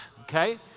Okay